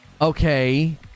okay